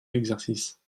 exercice